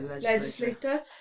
Legislator